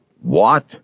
What